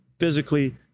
physically